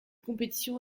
compétition